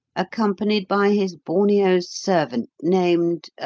accompanied by his borneo servant, named